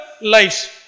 lives